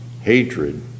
hatred